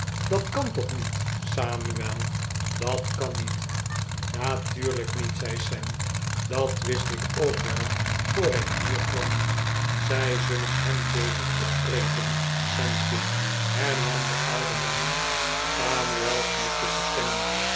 dat kan toch niet samuel dat kan niet natuurlijk niet zei sam dat wist ik ook wel voor ik hier kwam zij zullen hem levend opvreten sampje hernam de oude man samuel knikte toestemmend